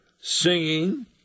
singing